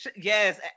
Yes